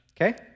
Okay